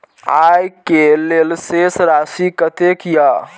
आय के लेल शेष राशि कतेक या?